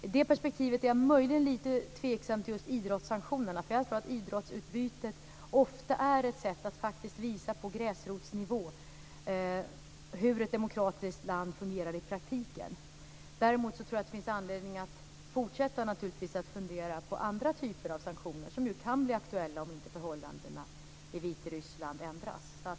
I det perspektivet är jag möjligen lite tveksam till just idrottssanktionerna, för jag tror att idrottsutbytet ofta är ett sätt att visa på gräsrotsnivå hur ett demokratiskt land fungerar i praktiken. Däremot tror jag att det naturligtvis finns anledning att fortsätta att fundera på andra typer av sanktioner, som ju kan bli aktuella om inte förhållandena i Vitryssland ändras.